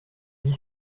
dix